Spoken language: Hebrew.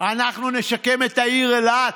אנחנו נשקם את העיר אילת.